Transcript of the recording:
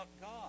God